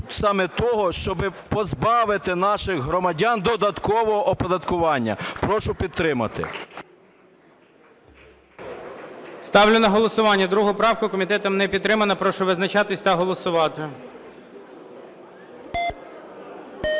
саме того, щоб позбавити наших громадян додаткового оподаткування. Прошу підтримати. ГОЛОВУЮЧИЙ. Ставлю на голосування 2 правку. Комітетом не підтримана. Прошу визначатися та голосувати.